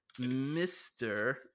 Mr